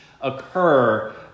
occur